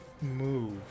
move